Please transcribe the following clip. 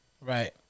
Right